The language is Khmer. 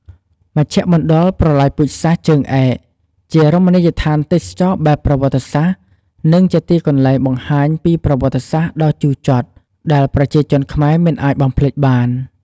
មជ្ឈមណ្ឌលប្រល័យពូជសាសន៍ ជើងឯកជារមនីយដ្ឋានទេសចរណ៍បែបប្រវត្តិសាស្ត្រ និងជាកន្លែងដែលបង្ហាញពីប្រវត្តិសាស្ត្រដ៏ជូរចត់ ដែលប្រជាជនខ្មែរមិនអាចបំភ្លេចបាន។